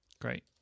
Great